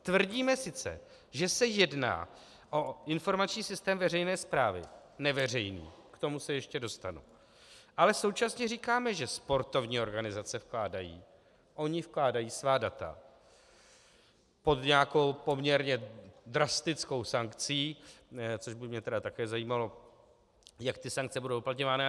Tvrdíme sice, že se jedná o informační systém veřejné správy neveřejný, k tomu se ještě dostanu , ale současně říkáme, že sportovní organizace vkládají, ony vkládají svá data pod nějakou poměrně drastickou sankcí což by mě tedy také zajímalo, jak ty sankce budou uplatňované.